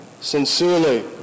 sincerely